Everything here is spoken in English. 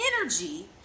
energy